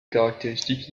caractéristiques